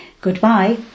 goodbye